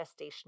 gestational